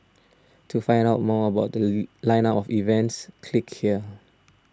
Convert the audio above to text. to find out more about The Line up of events click here